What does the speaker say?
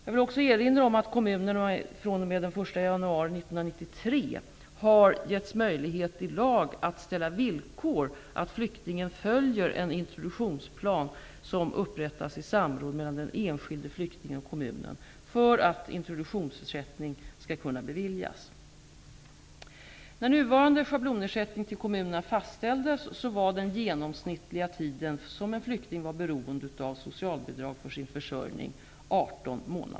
Jag vill också erinra om att kommunerna fr.o.m. den 1 januari 1993 i lag har givits möjlighet att ställa som villkor att flyktingen följer en introduktionsplan som upprättats i samråd mellan den enskilde flyktingen och kommunen för att introduktionsersättning skall kunna beviljas.